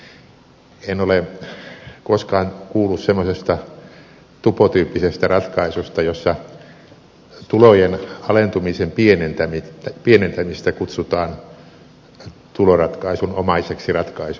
en ole koskaan kuullut semmoisesta tupotyyppisestä ratkaisusta jossa tulojen alentamisen pienentämistä kutsutaan tuloratkaisunomaiseksi ratkaisuksi